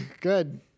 good